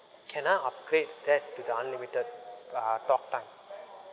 can I upgrade that to the unlimited uh talk time